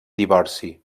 divorci